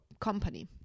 company